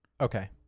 Okay